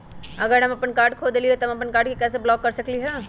अगर हम अपन कार्ड खो देली ह त हम अपन कार्ड के कैसे ब्लॉक कर सकली ह?